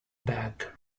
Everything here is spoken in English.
back